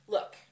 Look